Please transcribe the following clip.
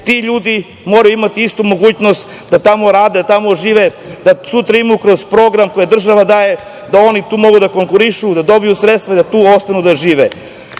ti ljudi moraju imati istu mogućnost da tamo rade, da tamo žive, da sutra imaju kroz program koji država daje da oni tu mogu da konkurišu, da dobiju sredstva i da ostanu tu da